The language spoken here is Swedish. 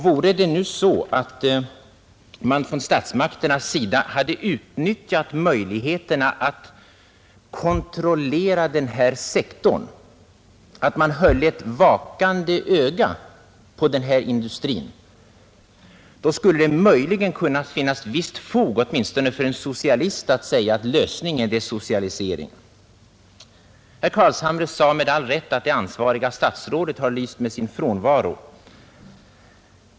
Vore det nu så att statsmakterna hade utnyttjat möjligheterna att kontrollera denna sektor, vore det så att man höll ett kritiskt och vakande öga på denna industri, skulle det möjligen kunna finnas visst fog åtminstone för en socialist, att säga att lösningen är socialisering. Herr Carlshamre framhöll med all rätt att det ansvariga statsrådet i denna debatt lyst med sin frånvaro.